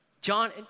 John